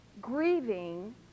grieving